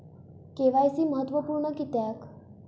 KYC महत्त्वपुर्ण किद्याक?